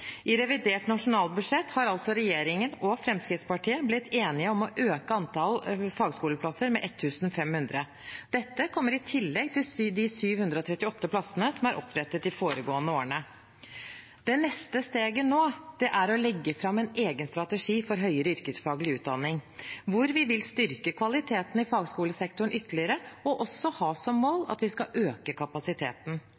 I revidert nasjonalbudsjett har regjeringen og Fremskrittspartiet blitt enige om å øke antallet fagskoleplasser med 1 500. Dette kommer i tillegg til de 738 plassene som er opprettet de foregående årene. Det neste steget nå er å legge fram en egen strategi for høyere yrkesfaglig utdanning hvor vi vil styrke kvaliteten i fagskolesektoren ytterligere og også ha som